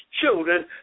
children